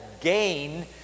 gain